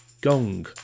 Gong